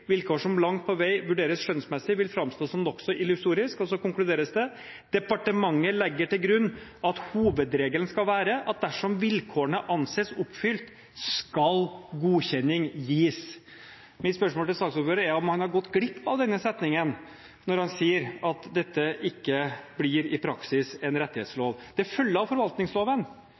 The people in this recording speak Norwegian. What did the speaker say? vilkår som langt på vei vurderes skjønnsmessig – vil fremstå som nokså illusorisk». Og så konkluderes det: «Departementet legger til grunn at hovedregelen skal være at dersom vilkårene anses oppfylt, skal godkjenning gis.» Mitt spørsmål til saksordføreren er om han har gått glipp av denne setningen når han sier at dette ikke blir – i praksis – en